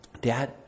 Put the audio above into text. Dad